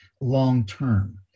long-term